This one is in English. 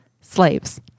slaves